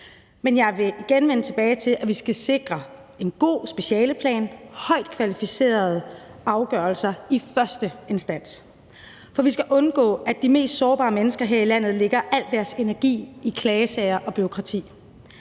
Men jeg vil igen vende tilbage til, at vi skal sikre en god specialeplan, højt kvalificerede afgørelser i første instans, for vi skal undgå, at de mest sårbare mennesker her i landet lægger al deres energi i klagesager og bureaukrati.